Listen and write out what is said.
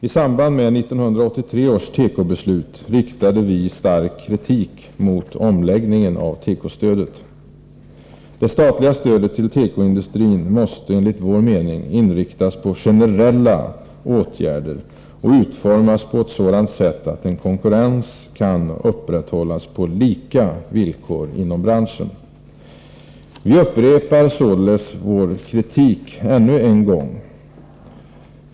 I samband med 1983 års tekobeslut riktade vi stark kritik mot omläggningen av tekostödet. Det statliga stödet till tekoindustrin måste enligt vår mening inriktas på generella stödåtgärder och utformas på ett sådant sätt att en konkurrens kan upprätthållas på lika villkor inom branschen. Vi upprepar således vår kritik ännu en gång.